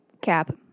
Cap